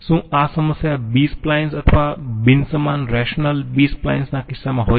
શું આ સમસ્યા બી સપ્લાઈન્સ અથવા બિન સમાન રેશનલ બી સ્પ્લાઈન્સના કિસ્સામાં હોય છે